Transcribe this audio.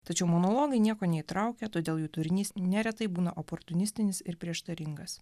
tačiau monologai nieko neįtraukia todėl jų turinys neretai būna oportunistinis ir prieštaringas